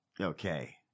Okay